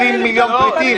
20 מיליון פריטים.